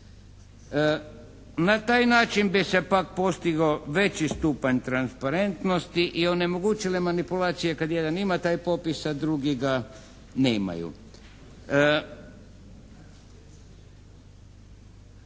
Na taj način bi se pak postigo veći stupanj transparentnosti i onemogućile manipulacije kad jedan ima taj popis a drugi ga nemaju.